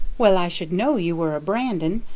well, i should know you were a brandon,